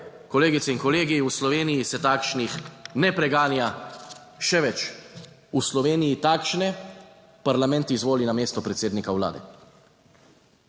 Kolegice in kolegi. V Sloveniji se takšnih ne preganja. Še več. V Sloveniji takšne parlament izvoli na mesto predsednika vlade.